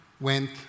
went